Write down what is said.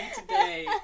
today